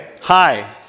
Hi